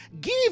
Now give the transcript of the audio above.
Give